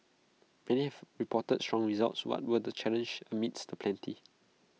many have reported strong results what were the challenges amids the plenty